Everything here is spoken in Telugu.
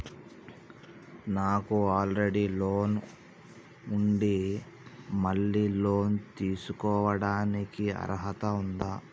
నాకు ఆల్రెడీ లోన్ ఉండి మళ్ళీ లోన్ తీసుకోవడానికి అర్హత ఉందా?